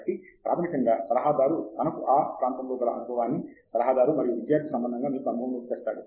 కాబట్టి ప్రాథమికంగా సలహాదారు తనకు ఆ ప్రాంతంలో గల అనుభవాన్ని సలహాదారు మరియు విద్యార్థి సంబంధంగా మీకు అనుభవములోనికి తెస్తాడు